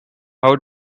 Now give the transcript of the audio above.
how